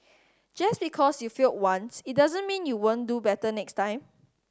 just because you failed once it doesn't mean you won't do better next time